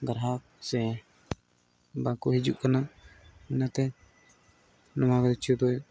ᱜᱨᱟᱦᱚᱠ ᱥᱮ ᱵᱟᱠᱚ ᱦᱤᱡᱩᱜ ᱠᱟᱱᱟ ᱚᱱᱟᱛᱮ ᱱᱚᱣᱟᱜᱮ ᱡᱚᱛᱚᱭ